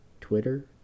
Twitter